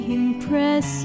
impress